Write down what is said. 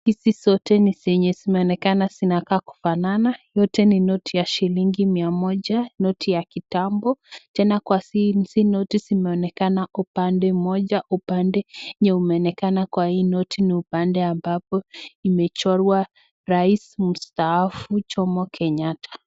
Hizi zote ni zenye zimeonekana ni kama zikaa kufanana. Yote ni noti ya shilingi mia moja, noti ya kitambo. Tena kwa hizi noti zimeonekana upande mmoja, upande uonekano kwa hii noti ni upande ambapo imechorwa Rais mstaafu Jomo Kenyatta.